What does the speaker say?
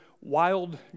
wild